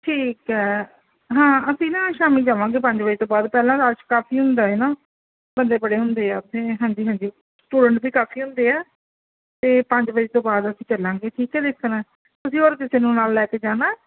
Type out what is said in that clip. ਠੀਕ ਹੈ ਹਾਂ ਅਸੀਂ ਨਾ ਸ਼ਾਮੀ ਜਾਵਾਂਗੇ ਪੰਜ ਵਜੇ ਤੋਂ ਬਾਅਦ ਪਹਿਲਾਂ ਰੱਸ਼ ਕਾਫ਼ੀ ਹੁੰਦਾ ਹੈ ਨਾ ਬੰਦੇ ਬੜੇ ਹੁੰਦੇ ਆ ਉੱਥੇ ਹਾਂਜੀ ਹਾਂਜੀ ਸਟੂਡੈਂਟ ਵੀ ਕਾਫ਼ੀ ਹੁੰਦੇ ਆ ਤਾਂ ਪੰਜ ਵਜੇ ਤੋਂ ਬਾਅਦ ਅਸੀਂ ਚੱਲਾਂਗੇ ਠੀਕ ਆ ਦੇਖਣ ਤੁਸੀਂ ਹੋਰ ਕਿਸੇ ਨੂੰ ਨਾਲ ਲੈ ਕੇ ਜਾਣਾ